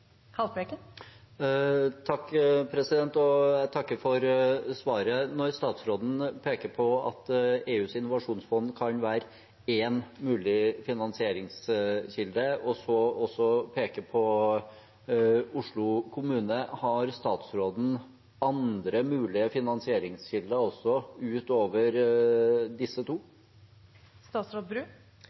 Jeg takker for svaret. Statsråden peker på at EUs innovasjonsfond kan være en mulig finansieringskilde, og hun peker også på Oslo kommune. Har statsråden andre mulige finansieringskilder også, utover disse to?